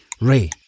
Ray